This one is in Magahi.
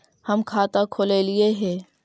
हम खाता खोलैलिये हे?